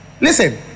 Listen